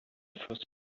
first